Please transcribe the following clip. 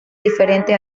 diferente